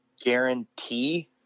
guarantee